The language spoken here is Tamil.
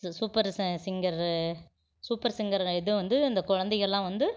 சூ சூப்பர் ச சிங்கரு சூப்பர் சிங்கர் இதுவும் வந்து அந்த குழந்தைகள்லாம் வந்து